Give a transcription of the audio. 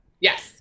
Yes